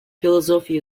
philosophy